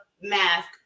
mask